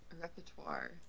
repertoire